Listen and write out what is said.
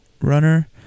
runner